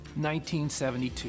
1972